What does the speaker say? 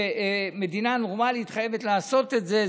ומדינה נורמלית חייבת לעשות את זה.